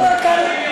30 יום.